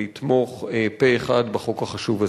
לתמוך פה אחד בחוק החשוב הזה.